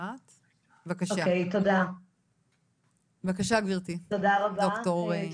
בבקשה גברתי, ד"ר אורנה בלומברג.